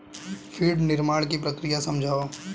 feed निर्माण की प्रक्रिया समझाओ